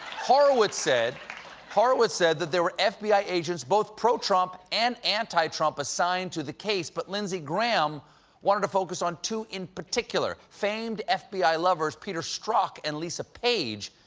horowitz said horowitz said that there were f b i. agents both pro-trump and anti-trump assigned to the case, but lindsey graham wanted to focus on two in particular famed f b i. lovers peter strzok and lisa page,